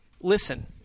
listen—